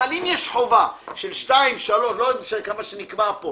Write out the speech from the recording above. אבל אם יש חובה של כמה שנקבע פה